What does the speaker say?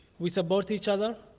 we support each other.